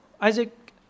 Isaac